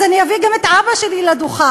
אז אביא גם את אבא שלי לדוכן.